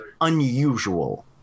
unusual